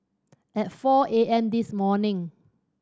at four A M this morning